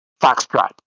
Foxtrot